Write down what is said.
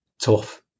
tough